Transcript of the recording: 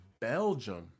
belgium